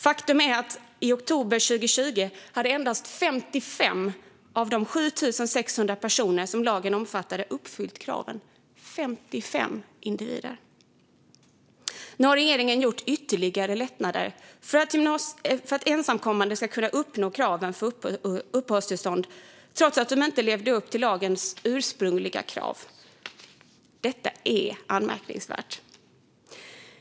Faktum är att i oktober 2020 hade endast 55 av de 7 600 personer som lagen omfattade uppfyllt kraven - 55 individer. Nu har regeringen gjort ytterligare lättnader för att ensamkommande ska kunna uppnå kraven för uppehållstillstånd trots att de inte levde upp till lagens ursprungliga krav. Detta är anmärkningsvärt.